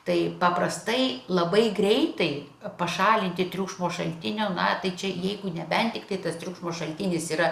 tai paprastai labai greitai pašalinti triukšmo šaltinio na tai čia jeigu nebent tiktai tas triukšmo šaltinis yra